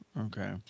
Okay